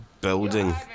building